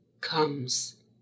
comes